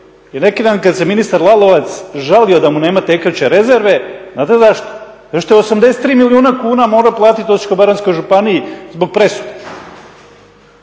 i neki dan kad se ministar Lalovac žalio da mu nema tekuće rezerve, znate zašto, zato što je 83 milijuna kuna morao platit Osječko-baranjskoj županiji zbog presude.